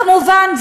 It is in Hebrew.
כמובן,